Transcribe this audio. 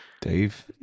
Dave